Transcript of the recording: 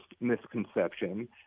misconception